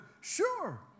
sure